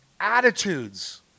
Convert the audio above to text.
attitudes